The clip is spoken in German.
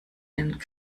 den